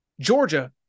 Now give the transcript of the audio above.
Georgia